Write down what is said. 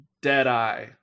Deadeye